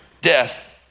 death